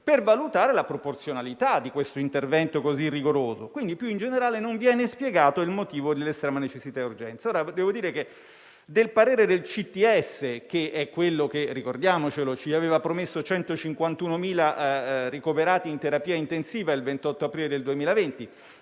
per valutare la proporzionalità di questo intervento così rigoroso. Quindi, più in generale, non viene spiegato il motivo dell'estrema necessità e urgenza. Devo dire che del parere del CTS (che, ricordiamocelo, ci aveva promesso 151.000 ricoverati in terapia intensiva il 28 aprile 2020)